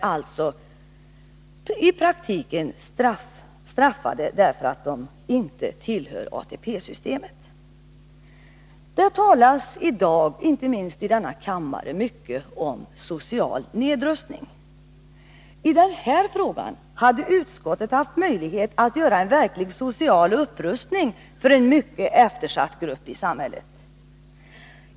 Dessa grupper av människor betraffas alltså därför att de inte ingår i ATP-systemet. Det talas i dag — inte minst i denna kammare — mycket om social nedrustning. I den här frågan hade utskottet haft möjlighet att åstadkomma en verklig social upprustning för en mycket eftersatt grupp i samhället.